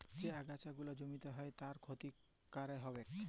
যে আগাছা গুলা জমিতে হ্যয় আর ক্ষতি ক্যরে ছবের